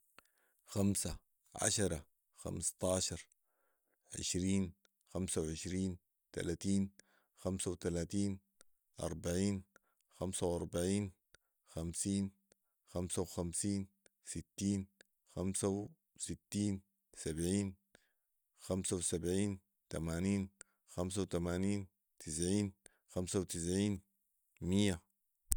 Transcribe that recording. خمسه ،عشره، خمسطاشر ،عشرين ،خمس وعشرين ، تلاتين ، خمسه وتلاتين ،اربعين ، خمس واربعين ،خمسين ، خمس وخمسين ، ستين، خمس وستين ،سبعين ،خمس وسبعين ،تمانين ، خمس وتمانين ، تسعين ،خمس وتسعين ،ميه